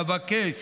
אבקש